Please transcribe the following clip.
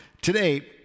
today